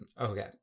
Okay